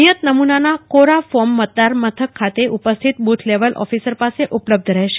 નિયત નમૂનાના કોરાફોર્મ મતદાન મથક ખાતે ઉપસ્થિત બુથ લેવલ ઓફિસર પાસે ઉપલબ્ધ રહેશે